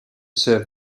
serve